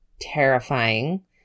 terrifying